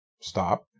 stop